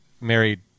married